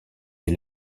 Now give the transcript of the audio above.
des